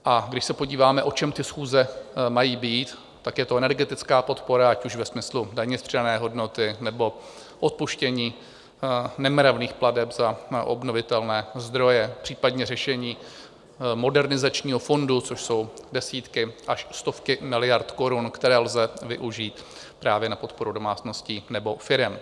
A když se podíváme, o čem ty schůze mají být, tak je to energetická podpora ať už ve smyslu daně z přidané hodnoty, nebo odpuštění nemravných plateb za obnovitelné zdroje, případně řešení Modernizačního fondu, což jsou desítky až stovky miliard korun, které lze využít právě na podporu domácností nebo firem.